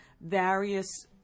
various